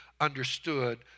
understood